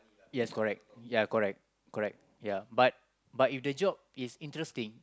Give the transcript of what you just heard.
yes correct ya correct correct ya but but if the job is interesting